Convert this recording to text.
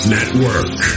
Network